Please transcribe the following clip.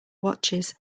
watches